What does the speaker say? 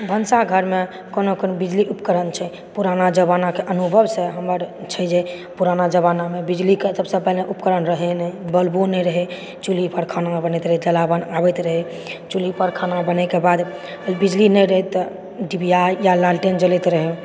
भनसाघरमे कोन कोन बिजली उपकरण छै पुराना जमानाके अनुभवसँ हमर छै जे पुराना जमानामे बिजलीके सबसँ पहिने उपकरण रहै नहि बल्बो नहि रहै चुल्ही पर खाना बनैत रहै जलावन आबैत रहै चुल्ही पर खाना बनयके बाद बिजली नहि रहै तऽ डिबिया या लालटेन जलैत रहै